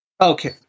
okay